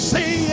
Say